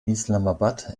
islamabad